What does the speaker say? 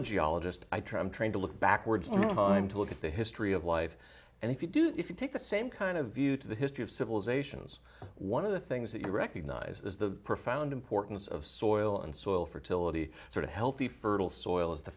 a geologist i travel trying to look backwards in time to look at the history of life and if you do if you take the same kind of view to the history of civilizations one of the things that you recognize is the profound importance of soil and soil fertility sort of healthy fertile soil as the